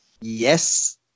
Yes